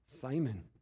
Simon